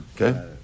Okay